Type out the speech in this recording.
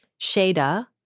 Shada